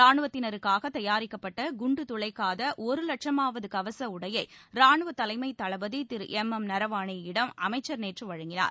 ரானுவத்தினருக்காக தயாரிக்கப்பட்ட குண்டு துளைக்காத ஒரு வட்சுமாவது கவச உடையை ரானுவ தலைமை தளபதி திரு எம் எம் நரவானே யிடம் அமைச்சர் நேற்று வழங்கினார்